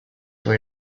were